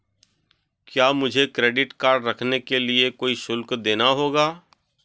क्या मुझे credit card रखने के लिए कोई शुल्क देना होगा?